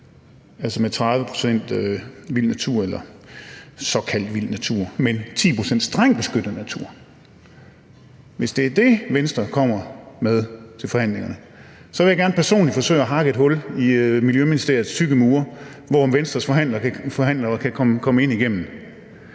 altså med 30 pct. vild natur eller såkaldt vild natur og 10 pct. strengt beskyttet natur, vil jeg gerne personligt forsøge at hakke et hul i Miljøministeriets tykke mure, som Venstres forhandlere kan komme ind igennem.